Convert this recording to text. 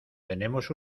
tenemos